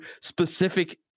specific